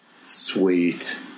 Sweet